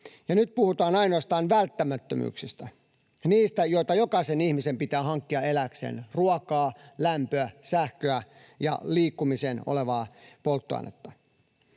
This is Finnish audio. nyt puhutaan ainoastaan välttämättömyyksistä, joita jokaisen ihmisen pitää hankkia elääkseen: ruokaa, lämpöä, sähköä ja liikkumiseen olevaa polttoainetta.